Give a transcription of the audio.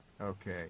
Okay